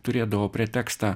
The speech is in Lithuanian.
turėdavo pretekstą